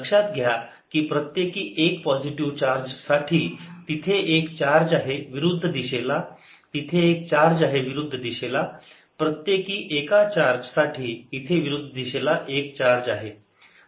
लक्षात घ्या कि प्रत्येकी एक पॉझिटिव्ह चार्ज साठी तिथे एक चार्ज आहे विरुद्ध दिशेला तिथे एक चार्ज आहे विरुद्ध दिशेला प्रत्येकी एका चार्ज साठी इथे विरुद्ध दिशेला एक चार्ज आहे